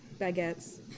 baguettes